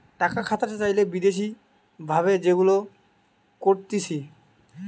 টাকা খাটাতে চাইলে বিদেশি ভাবে যেগুলা করতিছে